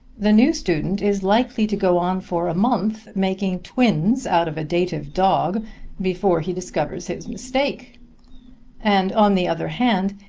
the new student is likely to go on for a month making twins out of a dative dog before he discovers his mistake and on the other hand,